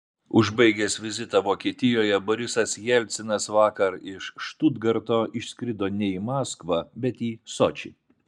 užbaigęs vizitą vokietijoje borisas jelcinas vakar iš štutgarto išskrido ne į maskvą bet į sočį